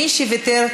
מי שוויתר,